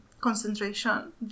concentration